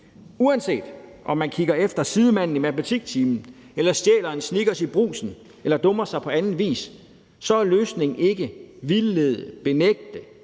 Uanset om man kigger efter sidemanden i matematiktimen eller stjæler en Snickers i brugsen eller dummer sig på anden vis, er løsningen ikke at vildlede, benægte